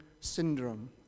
syndrome